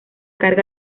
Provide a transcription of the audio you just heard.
carga